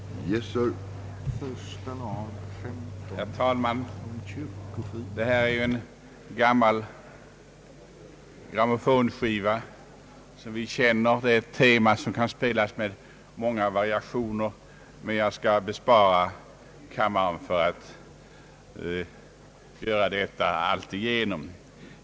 Herr talman! Denna fråga är något av en gammal grammofonskiva, som vi känner igen. Det är ett tema som kan spelas med många variationer, men jag skall bespara kammaren från att göra detta alltigenom.